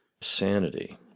sanity